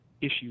issues